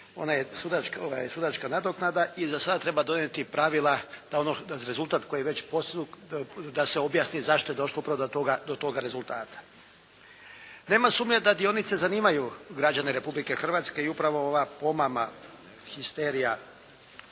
ona sudačka nadoknada i da sad treba donijeti pravila da rezultat koji je već postignut, da se objasni zašto je došlo upravo do toga rezultata. Nema sumnje da dionice zanimaju građane Republike Hrvatske i upravo ova pomama, histerija